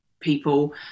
people